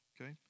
okay